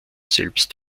selbst